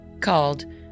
called